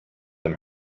them